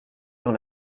dans